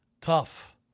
tough